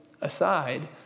aside